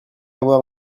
avoir